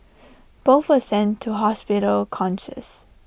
both were sent to hospital conscious